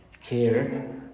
care